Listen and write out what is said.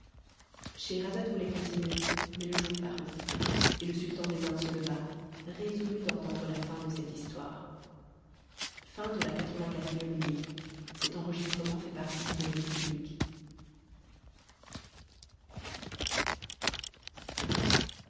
scheherazade voulait continuer mais le jour parut et le sultan des indes se leva résolu d'entendre la fin de cette histoire lxxxv nuit